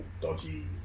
dodgy